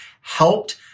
helped